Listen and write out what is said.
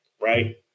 right